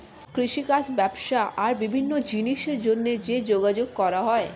কৃষিকাজ, ব্যবসা আর বিভিন্ন জিনিসের জন্যে যে যোগাযোগ করা হয়